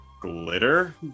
glitter